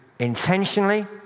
intentionally